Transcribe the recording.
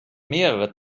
mehrere